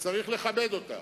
שצריך לכבד אותה,